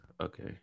okay